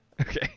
Okay